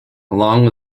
along